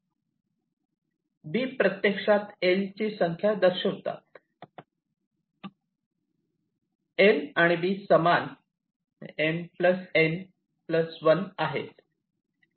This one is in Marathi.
B प्रत्यक्षात या Lची संख्या दर्शवितात L आणि B समान M N 1 आहेत